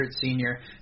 senior